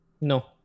no